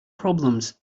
problems